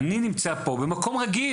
פה במקום רגיל.